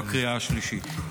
ובקריאה השלישית.